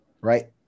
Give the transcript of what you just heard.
Right